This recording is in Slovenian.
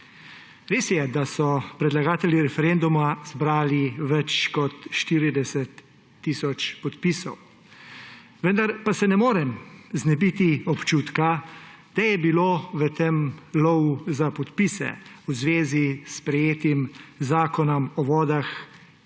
Res je, da so predlagatelji referenduma zbrali več kot 40 tisoč podpisov, vendar pa se ne morem znebiti občutka, da je bilo v tem lovu za podpise v zvezi s sprejetim Zakonom o vodah